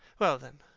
well then,